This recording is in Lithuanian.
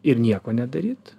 ir nieko nedaryt